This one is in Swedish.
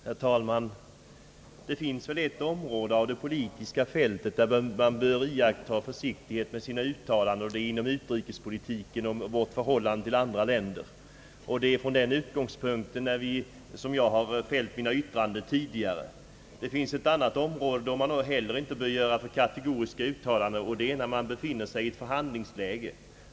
Herr talman! Det finns ett område av det politiska fältet, där man bör iaktta försiktighet med sina uttalanden, och det är inom utrikespolitiken och vårt förhållande till andra länder. Det är från den utgångspunkten som jag tidigare har fällt mina yttranden. Det finns ett annat område, där man inte heller bör göra för kategoriska uttalanden, och det är när man befinner sig i ett förhandlingsläge.